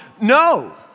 No